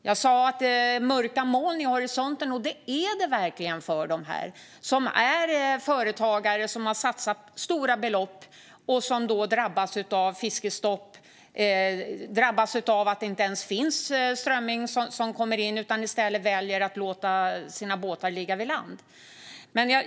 Jag sa att det är mörka moln vid horisonten, och det är det verkligen för de här företagarna som har satsat stora belopp och drabbas av fiskestopp och av att det inte ens finns någon strömming och därför i stället väljer att låta sina båtar ligga i land.